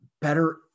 better